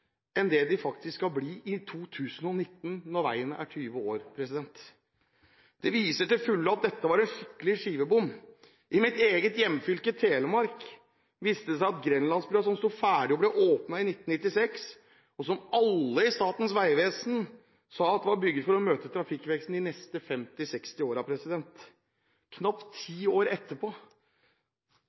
enn det de skal bli i 2019, når veien er 20 år. Det viser til fulle at dette var en skikkelig skivebom. I mitt eget hjemfylke, Telemark, viste det seg at Grenlandsbrua, som sto ferdig og ble åpnet i 1996, og som alle i Statens vegvesen sa var bygd for å møte trafikkveksten de neste 50–60 årene, knapt ti år etter